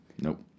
Nope